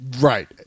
right